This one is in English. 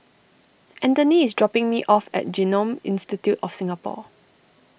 Anthony is dropping me off at Genome Institute of Singapore